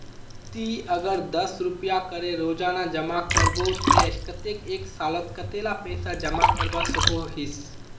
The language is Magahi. ती अगर दस रुपया करे रोजाना जमा करबो ते कतेक एक सालोत कतेला पैसा जमा करवा सकोहिस?